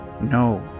No